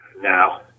Now